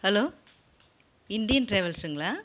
hello Indian டிராவல்ஸுங்களா